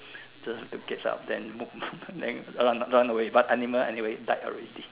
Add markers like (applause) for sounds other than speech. just to catch up then move (laughs) then run run away but animal anyway died already